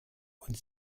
und